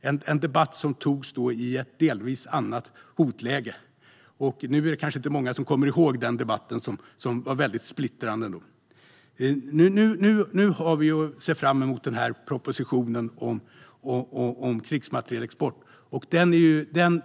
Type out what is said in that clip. Det var en debatt som hölls i ett delvis annat hotläge än i dag. Det är kanske inte många som kommer ihåg den splittrande debatten. Nu ser vi fram emot propositionen om krigsmaterielexport.